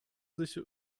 sich